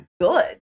good